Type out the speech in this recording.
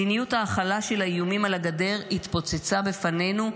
מדיניות ההכלה של האיומים על הגדר התפוצצה בפנינו,